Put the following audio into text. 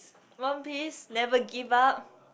One-Piece never give up